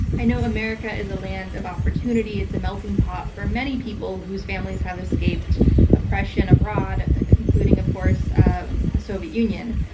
i know america is a land of opportunity. it's a melting pot for many people whose families have escaped oppression abroad, including of course the soviet union.